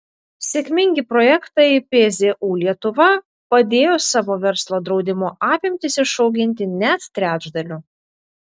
sėkmingi projektai pzu lietuva padėjo savo verslo draudimo apimtis išauginti net trečdaliu